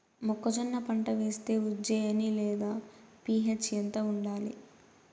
మొక్కజొన్న పంట వేస్తే ఉజ్జయని లేదా పి.హెచ్ ఎంత ఉండాలి?